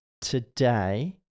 Today